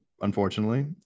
unfortunately